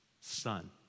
son